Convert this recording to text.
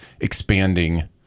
expanding